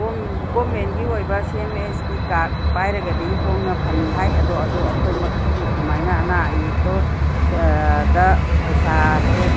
ꯒꯕꯔꯃꯦꯟꯒꯤ ꯑꯣꯏꯕ ꯁꯤ ꯑꯦꯝ ꯑꯦꯁ ꯇꯤ ꯀꯥꯔꯠ ꯄꯥꯏꯔꯒꯗꯤ ꯍꯣꯡꯅ ꯐꯪꯏ ꯍꯥꯏ ꯑꯗꯨ ꯑꯩꯈꯣꯏꯃꯛꯇꯤ ꯑꯗꯨꯃꯥꯏꯅ ꯑꯅꯥ ꯑꯌꯦꯛꯇꯨ ꯄꯩꯁꯥꯁꯦ